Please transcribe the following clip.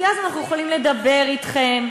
כי אז אנחנו יכולים לדבר אתכם,